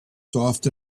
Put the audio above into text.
soft